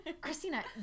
Christina